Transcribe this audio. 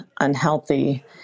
unhealthy